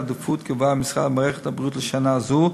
עדיפות גבוהה במערכת הבריאות לשנה זו,